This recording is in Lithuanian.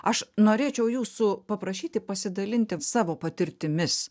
aš norėčiau jūsų paprašyti pasidalinti savo patirtimis